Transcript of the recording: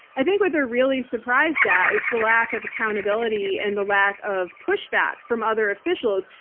i think what they're really surprised at is the lack of accountability and the lack of pushback from other officials.